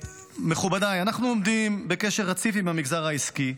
מכובדיי, אנחנו עומדים בקשר רציף עם המגזר העסקי,